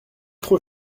trop